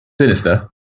Sinister